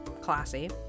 Classy